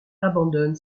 abandonne